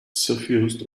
suffused